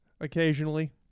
occasionally